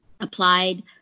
applied